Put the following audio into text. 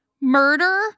Murder